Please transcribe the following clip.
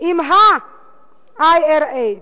עם ה-IRA.